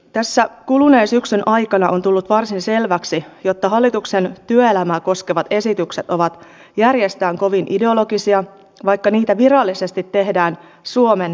tässä kuluneen syksyn aikana on tullut varsin selväksi että hallituksen työelämää koskevat esitykset ovat järjestään kovin ideologisia vaikka niitä virallisesti tehdään suomen parhaaksi